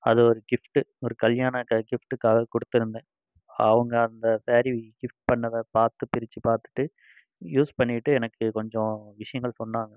அது ஒரு கிஃப்ட்டு ஒரு கல்யாண கிஃப்ட்டுக்காக கொடுத்துருந்தேன் அவங்க அந்த ஸாரீ கிஃப்ட் பண்ணதை பார்த்து பிரித்து பார்த்துட்டு யூஸ் பண்ணிட்டு எனக்கு கொஞ்சம் விஷயங்கள் சொன்னாங்க